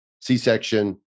C-section